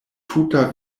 tuta